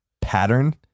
pattern